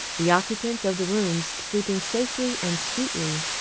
the occupants of the rooms sleeping safely and sweetly.